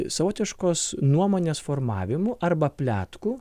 savotiškos nuomonės formavimu arba pletku